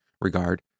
regard